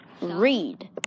read